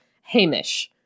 Hamish